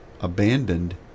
abandoned